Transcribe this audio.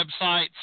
websites